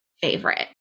favorite